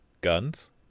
guns